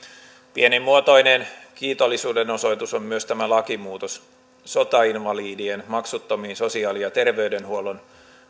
pienimuotoinen kiitollisuudenosoitus on myös tämä lakimuutos sotainvalidien maksuttomiin sosiaali ja terveydenhuollon